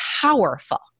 powerful